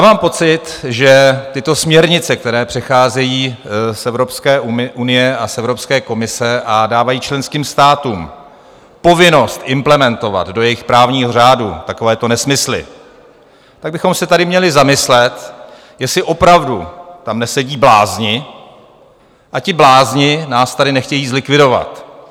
Mám pocit, že tyto směrnice, které přecházejí z Evropské unie a z Evropské komise a dávají členským státům povinnost implementovat do jejich právního řádu takovéto nesmysly, tak bychom se tady měli zamyslet, jestli opravdu tam nesedí blázni a ti blázni nás tady nechtějí zlikvidovat.